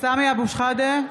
סמי אבו שחאדה,